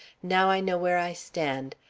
now i know where i stand.